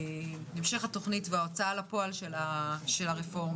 התוכנית וההוצאה לפועל של הרפורמה,